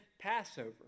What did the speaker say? Passover